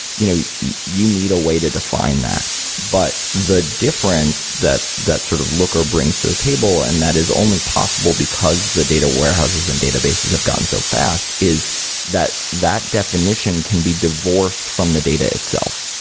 you know you need a way to define that but the difference that that sort of looker brings to the table and that is only possible because the data warehouses and databases have gotten so fast is that that definition can be divorced from the data itself.